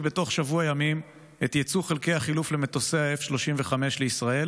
בתוך שבוע ימים את יצוא חלקי החילוף למטוסי F35 לישראל,